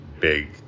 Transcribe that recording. big